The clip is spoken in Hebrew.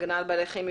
הגנה על בעלי חיים,